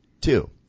two